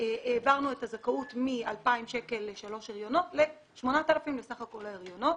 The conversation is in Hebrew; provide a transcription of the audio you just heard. העברנו את הזכאות מ-2,000 לשלושה הריונות ל-8,000 לסך כול ההריונות.